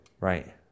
Right